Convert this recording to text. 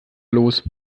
los